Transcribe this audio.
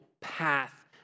path